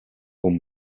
con